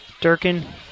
Durkin